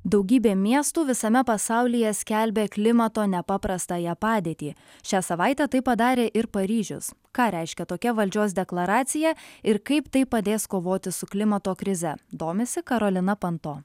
daugybė miestų visame pasaulyje skelbia klimato nepaprastąją padėtį šią savaitę tai padarė ir paryžius ką reiškia tokia valdžios deklaracija ir kaip tai padės kovoti su klimato krize domisi karolina panto